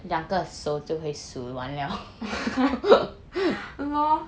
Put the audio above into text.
ya lor